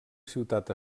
ciutat